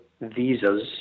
visas